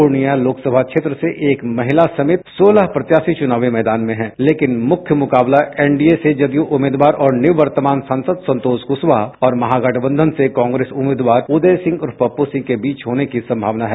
पूर्णिया लोकसभा क्षेत्र से एक महिला समेत सोलह प्रत्याशी चुनावी मैदान में हैं लेकिन मुख्य मुकाबला एनडीए से जदयू उम्मीदवार और निवर्तमान सांसद संतोष कुशवाहा और महागठबंधन से कांग्रेस उम्मीदवार उदय सिंह उर्फ पप्पू सिंह के बीच होने की संभावना है